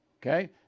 Okay